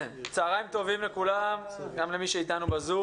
צוהריים טובים לכולם, גם למי שאיתנו בזום,